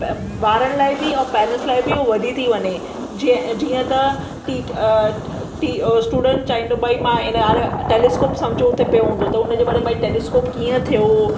ॿारनि लाइ बि ऐं पेरेंटस लाइ बि उहो वधी थी वञे जीअं जीअं त टीट टी अ स्टूडंट चाहिनि त बइ मां इन टेलीस्कोप समझू त पियो हूंदो त हुनजे बारे में टेलिस्कोप कीअं थियो हो